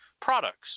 products